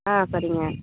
ஆ சரிங்க